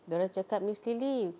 dorang cakap miss lily